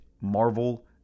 Marvel